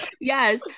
Yes